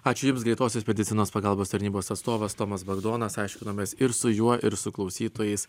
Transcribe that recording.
ačiū jums greitosios medicinos pagalbos tarnybos atstovas tomas bagdonas aiškinomės ir su juo ir su klausytojais